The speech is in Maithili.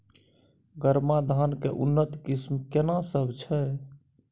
गरमा धान के उन्नत किस्म केना सब छै?